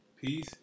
peace